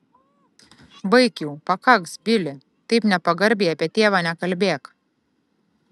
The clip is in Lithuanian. baik jau pakaks bili taip nepagarbiai apie tėvą nekalbėk